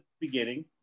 beginning